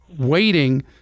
waiting